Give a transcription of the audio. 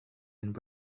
and